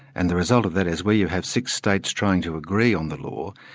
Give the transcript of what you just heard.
and the result of that is, where you have six states trying to agree on the law,